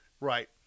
right